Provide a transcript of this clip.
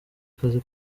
akazi